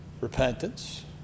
repentance